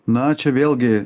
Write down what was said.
na čia vėlgi